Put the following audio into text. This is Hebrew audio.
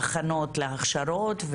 הכנות להכשרות,